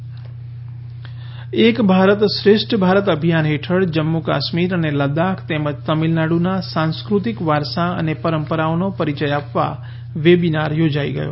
એક ભારત શ્રેષ્ઠ ભારત એક ભારત શ્રેષ્ઠ ભારત અભિયાન હેઠળ જમ્મુ કાશ્મીર અને લદ્દાખ તેમજ તમિલનાડુના સાંસ્કૃતિક વારસા અને પરંપરાઓનો પરિચય આપવા વેબિનાર યોજાઈ ગયો